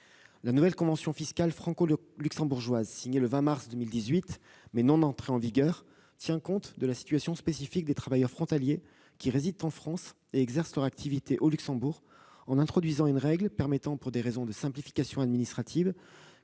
La nouvelle convention fiscale franco-luxembourgeoise signée le 20 mars 2018, mais non entrée en vigueur, tient compte de la situation spécifique des travailleurs frontaliers qui résident en France et exercent leur activité au Luxembourg, en introduisant une règle permettant, pour des raisons de simplification administrative,